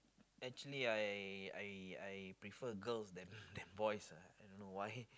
actually I I I prefer girls than than boys uh I don't know why